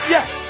Yes